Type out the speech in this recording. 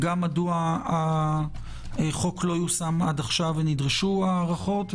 גם מדוע החוק לא יושם עד כה ונדרשו הארכות,